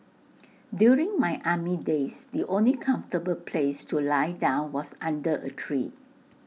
during my army days the only comfortable place to lie down was under A tree